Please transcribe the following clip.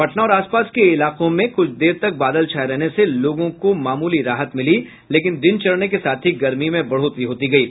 पटना और आस पास के इलाकों में कुछ देर तक बादल छाये रहने से लोगों को मामूली राहत मिली लेकिन दिन चढ़ने के साथ ही गर्मी में बढ़ोतरी होती गयी